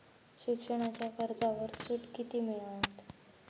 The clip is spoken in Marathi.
शिक्षणाच्या कर्जावर सूट किती मिळात?